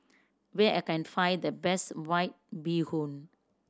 where I can find the best White Bee Hoon